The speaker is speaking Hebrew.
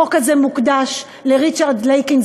החוק הזה מוקדש לריצ'רד לייקין,